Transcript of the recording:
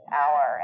hour